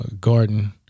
garden